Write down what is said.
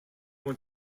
went